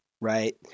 right